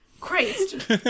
Christ